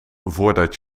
voordat